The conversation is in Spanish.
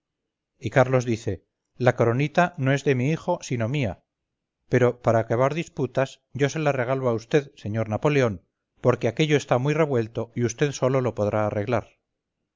y carlos dice la coronita no es de mi hijo sino mía pero para acabar disputas yo se la regalo a vd señor napoleón porque aquello está muy revuelto y ustedsólo lo podrá arreglar